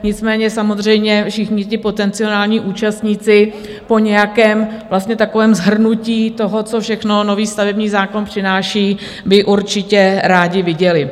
Nicméně samozřejmě všichni potenciální účastníci po nějakém takovém shrnutí toho, co všechno nový stavební zákon přináší, by určitě rádi viděli.